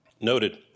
noted